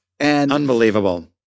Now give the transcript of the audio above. Unbelievable